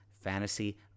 Fantasy